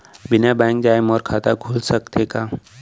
बिना बैंक जाए मोर खाता खुल सकथे का?